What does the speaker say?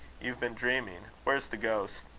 you've been dreaming. where's the ghost?